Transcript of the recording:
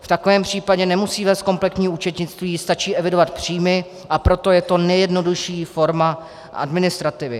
V takovém případě nemusí vést kompletní účetnictví, stačí evidovat příjmy, a proto je to nejjednodušší forma administrativy.